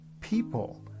people